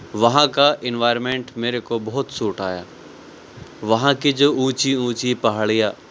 وہاں کا انوائرمنٹ میرے کو بہت سوٹ آیا وہاں کی جو اونچی اونچی پہاڑیاں